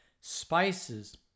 spices